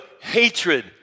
hatred